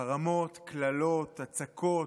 חרמות, קללות, הצקות,